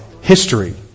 history